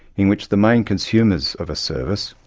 in which the main consumers of a service,